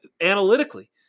analytically